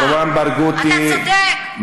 מרואן ברגותי, אתה צודק.